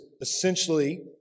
essentially